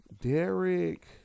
Derek